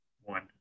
One